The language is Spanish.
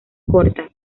corta